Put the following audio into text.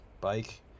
bike